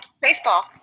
Baseball